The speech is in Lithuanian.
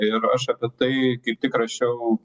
ir aš apie tai kaip tik rašiau